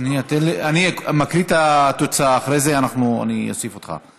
אני מקריא את התוצאה, ואחרי זה אני אוסיף אותך.